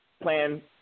plan